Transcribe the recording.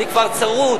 אני כבר צרוד,